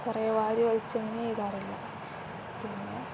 കുറേ വാരി വലിച്ചു അങ്ങനെ എഴുതാറില്ല പിന്നെ